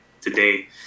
today